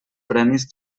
premis